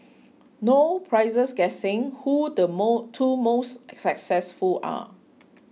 no prizes guessing who the more two most successful are